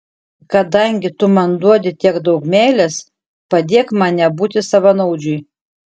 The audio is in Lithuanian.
kadangi tu man duodi tiek daug meilės padėk man nebūti savanaudžiui